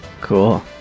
Cool